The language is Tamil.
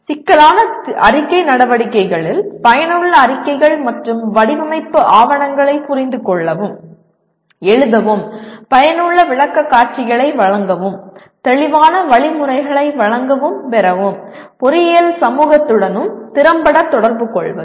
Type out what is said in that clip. சிக்கலான அறிக்கை நடவடிக்கைகளில் பயனுள்ள அறிக்கைகள் மற்றும் வடிவமைப்பு ஆவணங்களை புரிந்துகொள்ளவும் எழுதவும் பயனுள்ள விளக்கக்காட்சிகளை வழங்கவும் தெளிவான வழிமுறைகளை வழங்கவும் பெறவும் பொறியியல் சமூகத்துடனும் திறம்பட தொடர்புகொள்வது